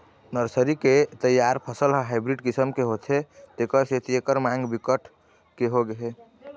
nursery के तइयार फसल ह हाइब्रिड किसम के होथे तेखर सेती एखर मांग बिकट के होगे हे